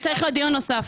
צריך דיון נוסף.